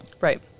Right